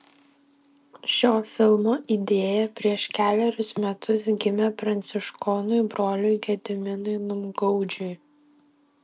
šio filmo idėja prieš kelerius metus gimė pranciškonui broliui gediminui numgaudžiui